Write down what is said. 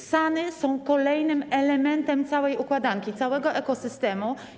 SAN-y są kolejnym elementem całej układanki, całego ekosystemu.